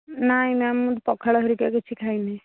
ନାଇଁ ନାଇଁ ମୁଁ ପଖାଳ ହାରିକା କିଛି ଖାଇନି